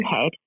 head